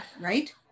Right